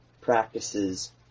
practices